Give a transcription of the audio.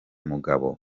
mugabo